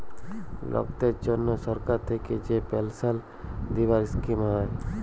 লকদের জনহ সরকার থাক্যে যে পেলসাল দিবার স্কিম হ্যয়